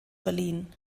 verliehen